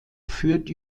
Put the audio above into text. führt